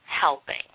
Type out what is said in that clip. helping